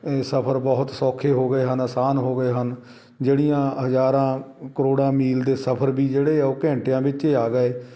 ਇਹ ਸਫ਼ਰ ਬਹੁਤ ਸੌਖੇ ਹੋ ਗਏ ਹਨ ਆਸਾਨ ਹੋ ਗਏ ਹਨ ਜਿਹੜੀਆਂ ਹਜ਼ਾਰਾਂ ਕਰੋੜਾਂ ਮੀਲ ਦੇ ਸਫਰ ਵੀ ਜਿਹੜੇ ਆ ਉਹ ਘੰਟਿਆਂ ਵਿੱਚ ਆ ਗਏ